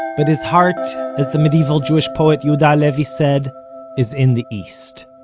but his heart as the medieval jewish poet yehuda halevi said is in the east.